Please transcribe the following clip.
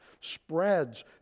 spreads